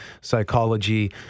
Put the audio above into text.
Psychology